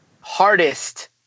hardest